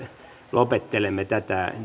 lopettelemme tätä